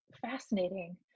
fascinating